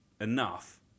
Enough